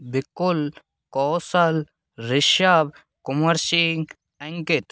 बिकुल Kaushal Rishabh Kunwar Singh Ankit